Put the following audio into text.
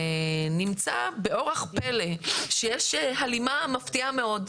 ונמצא באורח פלא שיש הלימה מפתיעה מאוד,